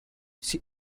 she